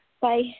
Bye